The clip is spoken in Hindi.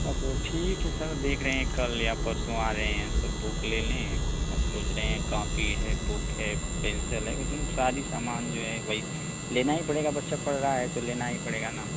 अब ठीक है सर देख रहे हैं कल या परसो आ रहे हैं सब बुक ले लें अब सोच रहे हैं कॉपी है बुक है पेन्सिल है मतलब सारा सामान जो है वही लेना ही पड़ेगा बच्चा पढ़ रहा है तो लेना ही पड़ेगा ना